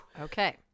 Okay